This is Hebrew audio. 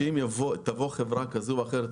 אם תבוא חברה כזאת או אחרת,